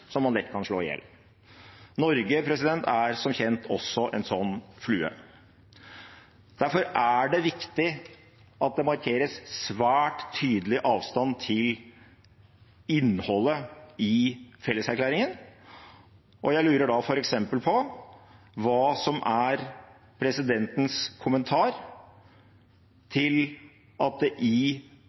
som man lett kan slå ihjel. Norge er som kjent også en slik flue. Derfor er det viktig at det markeres svært tydelig avstand til innholdet i felleserklæringen. Jeg lurer da f.eks. på hva som er statsrådens kommentar til at det i